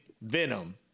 Venom